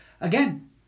Again